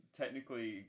technically